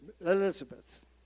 Elizabeth